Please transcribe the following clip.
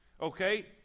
Okay